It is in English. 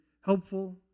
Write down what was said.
helpful